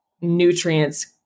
nutrients